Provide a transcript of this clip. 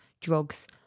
drugs